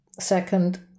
second